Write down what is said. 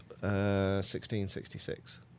1666